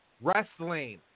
wrestling